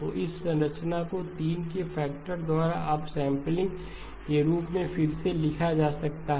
तो इस संरचना को 3 के फैक्टरद्वारा अपसैंपलिंग के रूप में फिर से लिखा जा सकता है